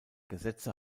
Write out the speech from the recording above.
gesetze